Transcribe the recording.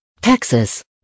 Texas